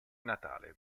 natale